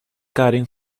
karen